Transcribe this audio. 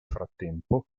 frattempo